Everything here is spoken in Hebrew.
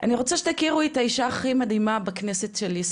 אני רוצה שתכירו את האישה הכי מדהימה של ישראל,